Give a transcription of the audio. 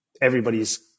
everybody's